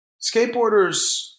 skateboarders